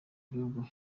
gihugu